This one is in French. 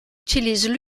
utilisent